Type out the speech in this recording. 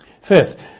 Fifth